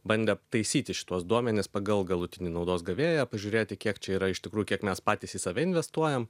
bandė taisyti šituos duomenis pagal galutinį naudos gavėją pažiūrėti kiek čia yra iš tikrųjų kiek mes patys į save investuojam